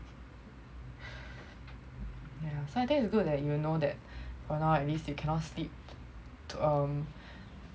yeah so I think it's good that you know that for now at least you cannot sleep to um